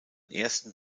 ersten